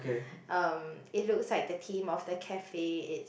um it looks like the theme of the cafe is